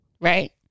Right